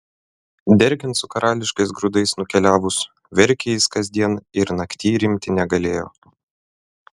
dergiant su karališkais grūdais nukeliavus verkė jis kasdien ir naktyj rimti negalėjo